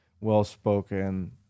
well-spoken